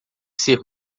ser